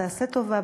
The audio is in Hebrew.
תעשה טובה,